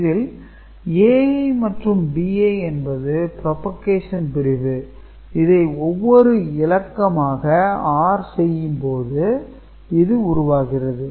இதில் Ai மற்றும் Bi என்பது 'Propagation' பிரிவு இதை ஒவ்வொரு இலக்கமாக OR செய்யும் போது இது உருவாகிறது